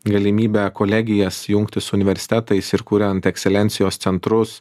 galimybe kolegijas jungti su universitetais ir kuriant ekscelencijos centrus